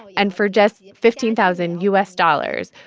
and for just fifteen thousand u s. dollars,